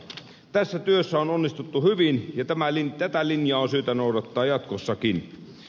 tässä työssä on onnistuttu hyvin ja tätä linjaa on syytä noudattaa jatkossakin